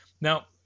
Now